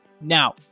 Now